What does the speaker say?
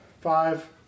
Five